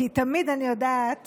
כי תמיד אני יודעת